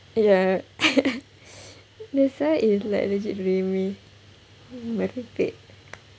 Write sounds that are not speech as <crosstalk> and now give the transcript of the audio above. ya <laughs> that's why it's like legit remeh merepek